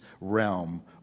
realm